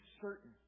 certain